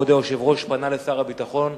כבוד היושב-ראש פנה לשר הביטחון